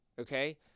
Okay